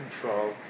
control